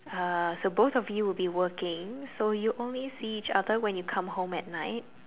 uh so both of you will be working so you only see each other when you come home at night